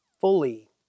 fully